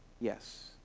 yes